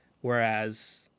whereas